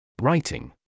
Writing